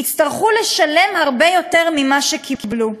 יצטרכו לשלם הרבה יותר ממה שקיבלו.